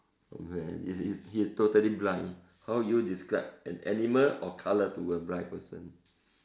oh man is is he is totally blind how do you describe an animal or colour to a blind person